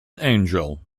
angell